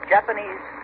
Japanese